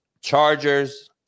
Chargers